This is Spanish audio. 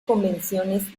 convenciones